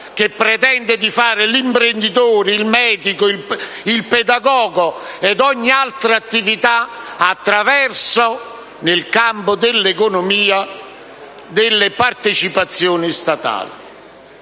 che pretende di fare l'imprenditore, il medico, il pedagogo e ogni altra attività nel campo dell'economia attraverso le partecipazioni statali.